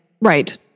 Right